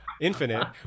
infinite